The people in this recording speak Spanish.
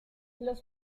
los